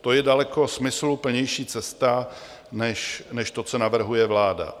To je daleko smysluplnější cesta než to, co navrhuje vláda.